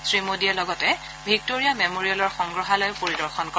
শ্ৰীমোদীয়ে লগতে ভিক্টৰিয়া মেমৰিয়েলৰ সংগ্ৰহালয়ো পৰিদৰ্শন কৰে